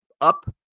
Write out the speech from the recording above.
up